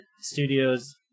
studios